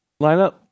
lineup